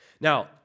Now